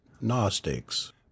gnostics